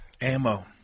Ammo